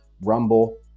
Rumble